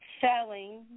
selling